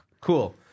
Cool